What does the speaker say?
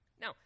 Now